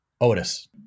Otis